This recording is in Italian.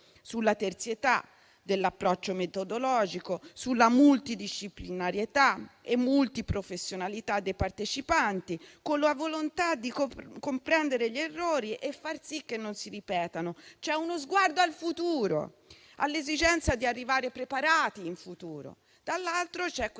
sulla terzietà dell'approccio metodologico, sulla multidisciplinarietà e multiprofessionalità dei partecipanti, con la volontà di comprendere gli errori e far sì che non si ripetano. C'è uno sguardo al futuro, all'esigenza di arrivare preparati in futuro. Dall'altro lato, c'è questo